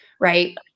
Right